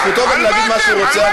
זכותו להגיד מה שהוא רוצה,